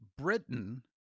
Britain